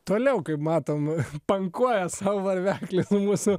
toliau kaip matom pankuoja sau varveklis mūsų